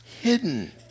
hidden